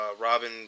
Robin